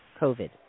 COVID